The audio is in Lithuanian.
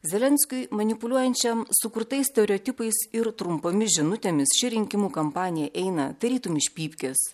zelenskiui manipuliuojančiam sukurtais stereotipais ir trumpomis žinutėmis ši rinkimų kampanija eina tarytum iš pypkės